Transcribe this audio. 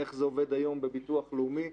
איך זה עובד היום בביטוח לאומי.